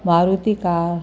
Maruti car